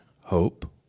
Hope